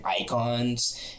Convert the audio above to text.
icons